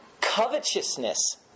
covetousness